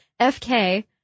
FK